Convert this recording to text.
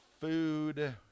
Food